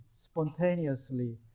spontaneously